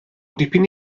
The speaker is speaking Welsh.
dipyn